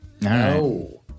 no